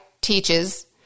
teaches